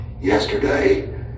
Yesterday